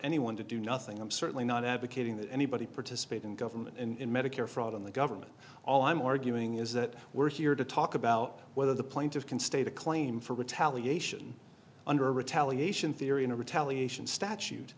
anyone to do nothing i'm certainly not advocating that anybody participate in government in medicare fraud in the government all i'm arguing is that we're here to talk about whether the plaintiff can state a claim for retaliation under retaliation therion a retaliation statute